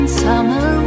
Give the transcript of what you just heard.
summer